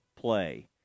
play